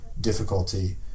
difficulty